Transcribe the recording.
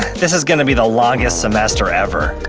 this is gonna be the longest semester ever.